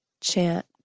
chant